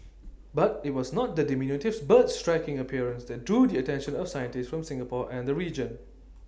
but IT was not the diminutive bird's striking appearance that drew the attention of scientists from Singapore and the region